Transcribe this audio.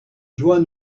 joie